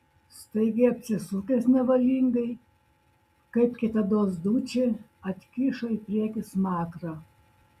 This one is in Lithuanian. staigiai apsisukęs nevalingai kaip kitados dučė atkišo į priekį smakrą